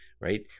right